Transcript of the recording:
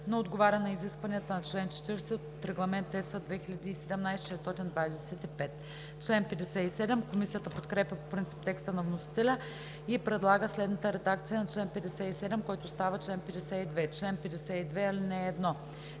но отговаря на изискванията на чл. 40 от Регламент (ЕС) 2017/625. Комисията подкрепя по принцип текста на вносителя и предлага следната редакция на чл. 57, който става чл. 52: „Чл. 52. (1)